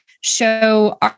show